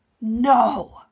No